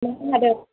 नों हादों